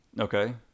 Okay